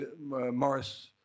Morris